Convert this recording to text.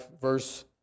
verse